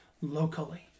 locally